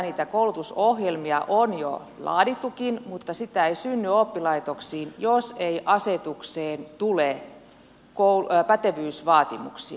niitä koulutusohjelmia on jo laadittukin mutta koulutusta ei synny oppilaitoksiin jos ei asetukseen tule pätevyysvaatimuksia